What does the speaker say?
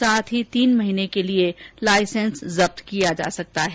साथ ही तीन महीने के लिए लाइसेंस जब्त किया जा सकता है